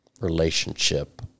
relationship